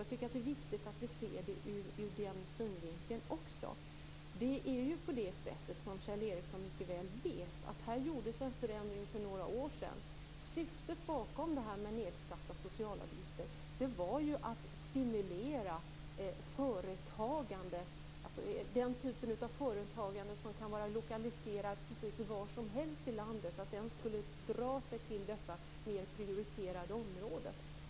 Jag tycker att det är viktigt att vi ser det ur den synvinkeln också. Det är ju på det sättet, som Kjell Ericsson mycket väl vet, att det gjordes en förändring för några år sedan. Syftet bakom de nedsatta socialavgifterna var att stimulera den typ av företagande som kan vara lokaliserat precis var som helst i landet att dra sig till dessa mer prioriterade områden.